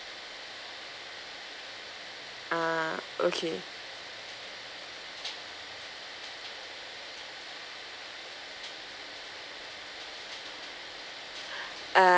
ah okay err